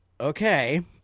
Okay